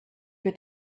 wird